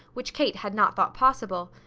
which kate had not thought possible.